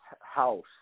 house